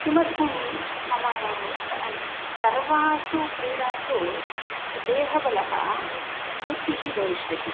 किमर्थं मम सर्वासु क्रीडासु देहबलः वृद्धिः भविष्यति